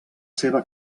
seva